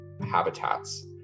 habitats